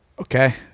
Okay